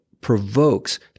provokes